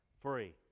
free